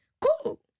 Cool